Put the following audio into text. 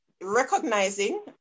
recognizing